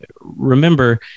remember